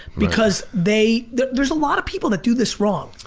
because they there's a lot of people that do this wrong.